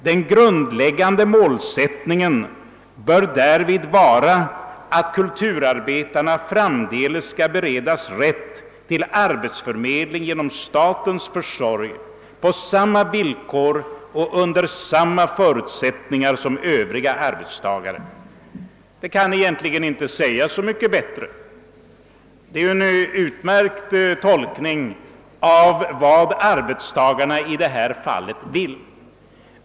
Den grundläggande målsättningen bör därvid vara att kulturarbetarna framdeles skall beredas rätt till arbetsförmedling genom statens försorg på samma villkor och under samma förutsättningar som Övriga arbetstagare.» Saken kan rimligen inte framställas på ett bättre sätt. Det är ju en utmärkt tolkning av vad arbetstagarna i detta fall vill.